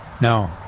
No